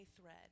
thread